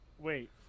Wait